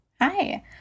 Hi